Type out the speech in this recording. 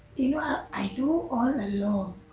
i knew all along.